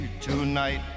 tonight